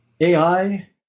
AI